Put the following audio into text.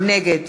נגד